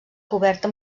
coberta